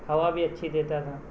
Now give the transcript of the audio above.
ہوا بھی اچھی دیتا تھا